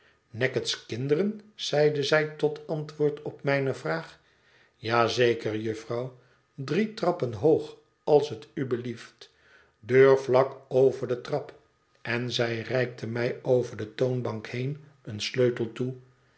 neckett's kinderen zeide zij tot antwoord op mijne vraag ja zeker jufvrouw drie trappen hoog als het u belieft deur vlak over de trap en zij reikte mij over de toonbank heen een sleutel toe